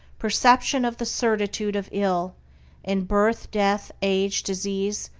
perception of the certitude of ill in birth, death, age, disease,